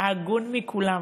ההגון מכולם.